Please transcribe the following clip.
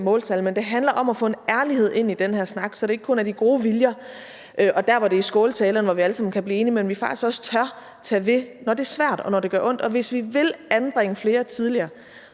måltal, men den handler om at få en ærlighed ind i den her snak, så det ikke kun er de gode viljer og skåltaler, som vi alle sammen kan blive enige om, men at vi faktisk også tør tage ved, når det er svært, og når det gør ondt. Og hvis vi vil anbringe flere tidligere,